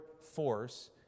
force